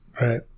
Right